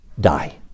die